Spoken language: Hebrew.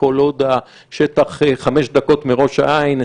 וכל עוד השטח חמש דקות מראש העין,